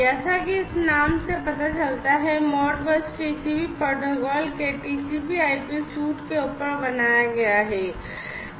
जैसा कि इस नाम से पता चलता है Modbus TCP प्रोटोकॉल के TCPIP सूट के ऊपर बनाया गया है